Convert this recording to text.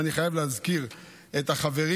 ואני חייב להזכיר את החברים